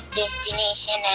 destination